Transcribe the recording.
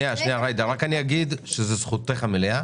זו זכותך המלאה,